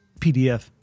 PDF